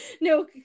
No